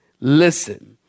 Listen